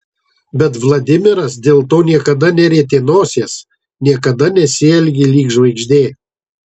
bet vladimiras dėl to niekada nerietė nosies niekada nesielgė lyg žvaigždė